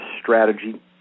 strategy